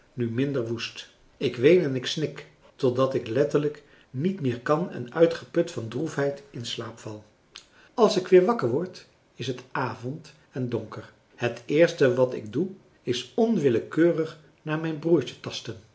nu minder woest ik ween en ik snik totdat ik letterlijk niet meer kan en uitgeput van droefheid in slaap val als ik weer wakker word is het avond en donker het eerste wat ik doe is onwillekeurig naar mijn broertje tasten